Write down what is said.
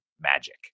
magic